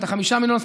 לגבי ה-5 מיליון,